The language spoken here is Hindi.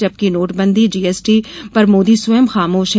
जबकि नोटबंदी जीएसटी पर मोदी स्वयं खामोश है